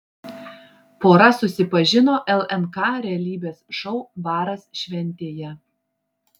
pora susipažino lnk realybės šou baras šventėje